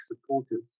supporters